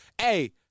hey